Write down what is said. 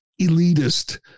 elitist